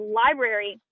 library